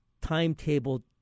timetable